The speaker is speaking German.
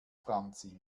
franzi